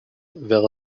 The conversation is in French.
vers